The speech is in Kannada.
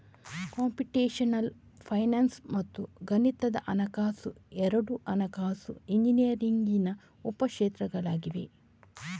ಕಂಪ್ಯೂಟೇಶನಲ್ ಫೈನಾನ್ಸ್ ಮತ್ತು ಗಣಿತದ ಹಣಕಾಸು ಎರಡೂ ಹಣಕಾಸು ಇಂಜಿನಿಯರಿಂಗಿನ ಉಪ ಕ್ಷೇತ್ರಗಳಾಗಿವೆ